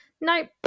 Nope